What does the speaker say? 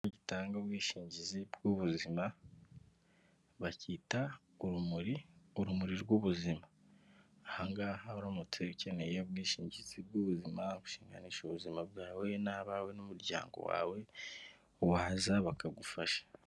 Ikigo gitanga ubwishingizi bw'ubuzima, bakita urumuri, urumuri rw'ubuzima, aha ngaha uramutse ukeneye ubwishingizi bw'ubuzima, bushinganisha ubuzima bwawe n'abawe n'umuryango wawe waza bakagufasha.